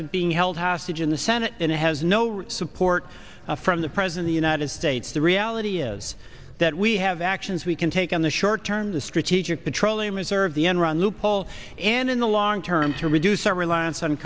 it's being held hostage in the senate and it has no real support from the president the united states the reality is that we have actions we can take in the short term the strategic petroleum reserve the enron loophole and in the long term to reduce our reliance on